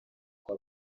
kwa